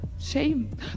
shame